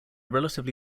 relatively